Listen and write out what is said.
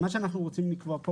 מה שאנחנו רוצים לקבוע כאן